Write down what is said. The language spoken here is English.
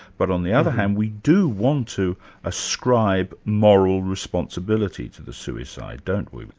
but on the other hand, we do want to ascribe moral responsibility to the suicide, don't we? but